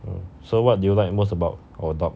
um so what do you like most about our dog